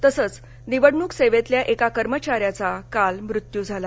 तसंच निवडणूक सेवेतल्या एका कर्मचाऱ्याचा काल मृत्यू झाला